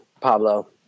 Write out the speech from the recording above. Pablo